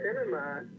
cinema